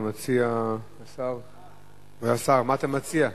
אדוני השר, מה אתה מציע?